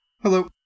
Hello